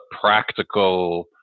practical